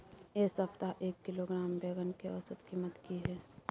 ऐ सप्ताह एक किलोग्राम बैंगन के औसत कीमत कि हय?